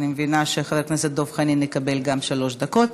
אני מבינה שחבר הכנסת דב חנין יקבל שלוש דקות.